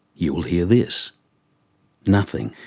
you will hear this nothing.